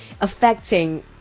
affecting